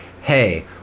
Hey